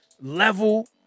Level